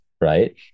right